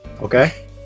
Okay